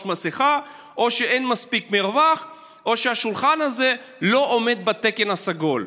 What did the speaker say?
מסכה או שאין מספיק מרווח או שהשולחן הזה לא עומד בתקן הסגול.